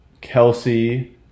Kelsey